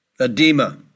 Edema